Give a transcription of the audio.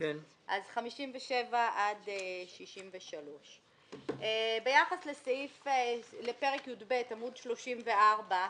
57 עד 63. ביחס לפרק י"ב עמ' 34,